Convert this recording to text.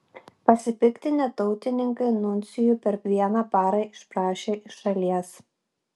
pasipiktinę tautininkai nuncijų per vieną parą išprašė iš šalies